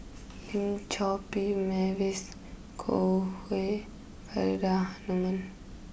Lim Chor Pee Mavis Khoo Hui Faridah Hanum